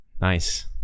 Nice